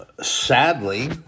sadly